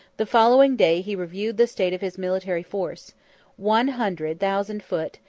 the following day he reviewed the state of his military force one hundred thousand foot,